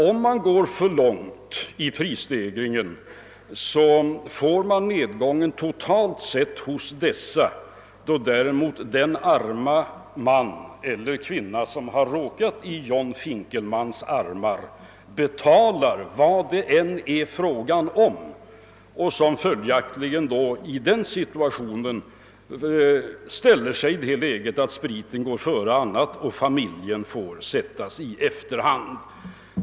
Om man går för långt med prisstegringar får man en nedgång totalt sett hos brukarna, medan däremot den arma man eller kvinna som har råkat i John Finkelmans armar betalar vad det än är fråga om. Han eller hon låter följaktligen i en dylik situation spriten gå före allt annat och familjen sätts i efterhand.